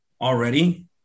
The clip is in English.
already